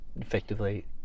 effectively